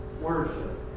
worship